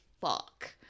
fuck